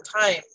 time